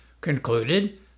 concluded